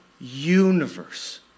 universe